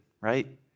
right